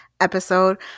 episode